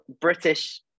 British